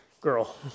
Girl